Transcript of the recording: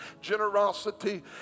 generosity